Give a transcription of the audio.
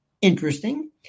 Interesting